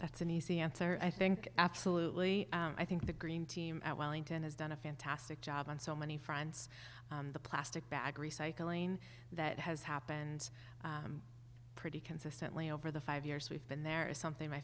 that's an easy answer i think absolutely i think the green team at wellington has done a fantastic job on so many fronts the plastic bag recycling that has happened pretty consistently over the five years we've been there something my